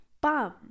bum